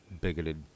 bigoted